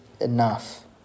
enough